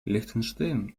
лихтенштейн